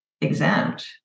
exempt